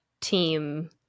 team